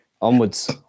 onwards